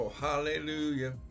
Hallelujah